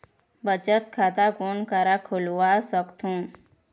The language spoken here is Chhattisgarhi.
बचत खाता कोन करा खुलवा सकथौं?